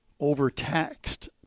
overtaxed